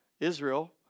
Israel